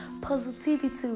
positivity